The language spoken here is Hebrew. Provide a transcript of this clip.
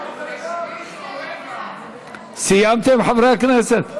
רבותיי חברי הכנסת.